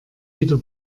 wieder